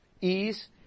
ease